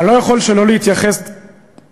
אני לא יכול שלא להתייחס לסוף,